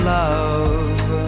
love